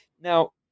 Now